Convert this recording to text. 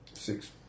Six